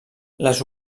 les